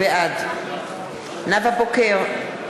בעד נאוה בוקר,